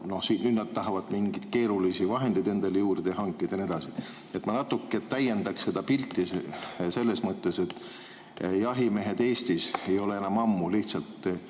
hobiga, ja nüüd nad tahavad mingeid keerulisi vahendeid endale juurde hankida ja nii edasi. Ma natuke täiendan seda pilti selles mõttes. Jahimehed Eestis ei ole enam ammu lihtsalt